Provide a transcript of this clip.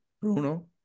Bruno